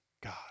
God